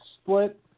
split